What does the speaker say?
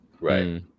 Right